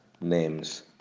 name's